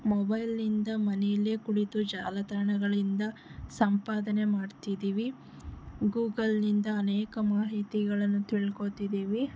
ಮೊಬೈಲ್ನಿಂದ ಮನೆಯಲ್ಲಿಯೇ ಕುಳಿತು ಜಾಲತಾಣಗಳಿಂದ ಸಂಪಾದನೆ ಮಾಡ್ತಿದ್ದೀವಿ ಗೂಗಲ್ನಿಂದ ಅನೇಕ ಮಾಹಿತಿಗಳನ್ನು ತಿಳ್ಕೋತಿದ್ದೀವಿ